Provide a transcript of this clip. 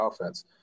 offense